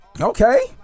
Okay